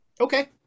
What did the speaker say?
Okay